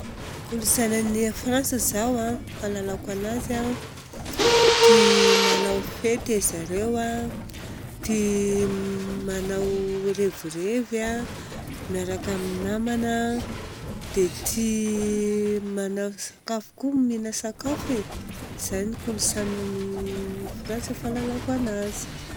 Kolontsainan'ny Frantsa izao a fahalalako anazy a, tia manao fety arizareo a, tia manao revirevy a miaraka amin'ny namana a, dia tia manao sakafo koa, mihina sakafo e. Izay kolontsainan'ny Frantsa fahalalako anazy.